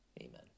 Amen